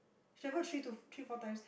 travel three to three four times